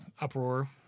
Uproar